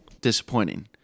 Disappointing